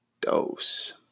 dose